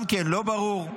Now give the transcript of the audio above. גם כן, לא ברור.